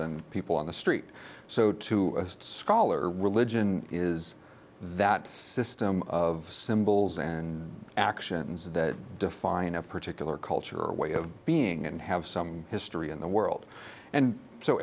than people on the street so to a scholar religion is that system of symbols and actions that define a particular culture or a way of being and have some history in the world and so